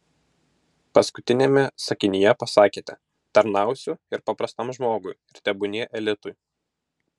paskutiniame sakinyje pasakėte tarnausiu ir paprastam žmogui ir tebūnie elitui